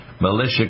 militia